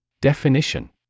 Definition